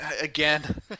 Again